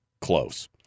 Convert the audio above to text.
close